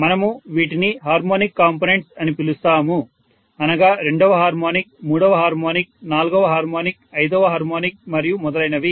మనము వీటిని harmonic components అని పిలుస్తాము అనగా రెండవ హార్మోనిక్ మూడవ హార్మోనిక్ నాల్గవ హార్మోనిక్ ఐదవ హార్మోనిక్ మరియు మొదలైనవి